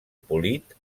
polit